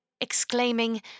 exclaiming